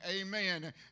Amen